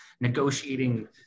negotiating